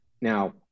now